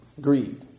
greed